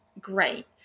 great